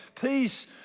peace